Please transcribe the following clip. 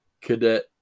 cadet